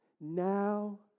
now